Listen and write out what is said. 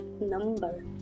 number